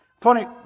Funny